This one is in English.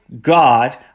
God